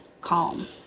calm